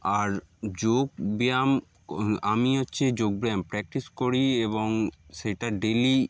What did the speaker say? আর যোগব্যায়াম আমি হচ্ছে যোগব্যায়াম প্র্যাকটিস করি এবং সেটা ডেইলি